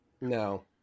No